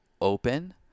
open